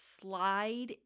slide